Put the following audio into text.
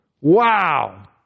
Wow